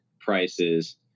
prices